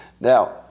Now